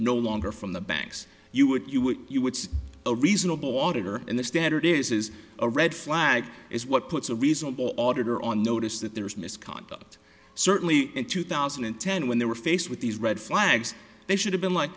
no longer from the banks you would you would you would see a reasonable auditor and the standard is a red flag is what puts a reasonable auditor on notice that there is misconduct certainly in two thousand and ten when they were faced with these red flags they should have been like